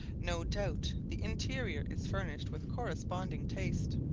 no doubt the interior is furnished with corresponding taste.